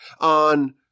On